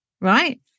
right